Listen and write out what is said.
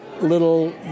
little